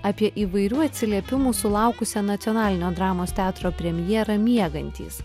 apie įvairių atsiliepimų sulaukusią nacionalinio dramos teatro premjera miegantys